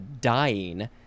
dying